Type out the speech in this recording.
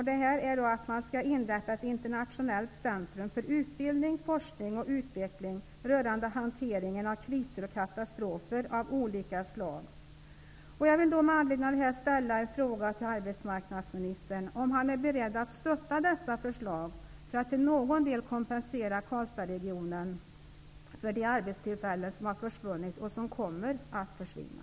Vi föreslår att man skall inrätta ett internationellt centrum för utbildning, forskning och utveckling rörande hanteringen av kriser och katastrofer av olika slag. Jag vill med anledning av det anförda fråga arbetsmarknadsminstern om han är beredd att stötta dessa förslag för att till någon del kompensera Karlstadsregionen för de arbetstillfällen som har försvunnit och som kommer att försvinna.